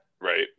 right